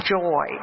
joy